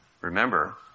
Remember